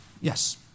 Yes